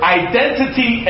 identity